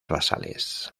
basales